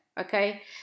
okay